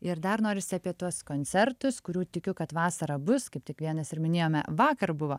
ir dar norisi apie tuos koncertus kurių tikiu kad vasarą bus kaip tik vienas ir minėjome vakar buvo